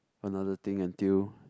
another thing until